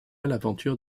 l’aventure